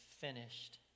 finished